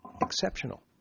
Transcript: exceptional